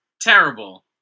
Terrible